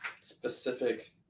specific